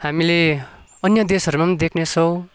हामीले अन्य देशहरूमा पनि देख्नेछौँ